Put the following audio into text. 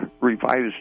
revised